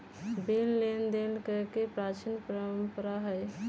bill लेनदेन कके प्राचीन परंपरा हइ